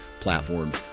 platforms